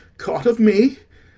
caught of me!